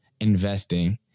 investing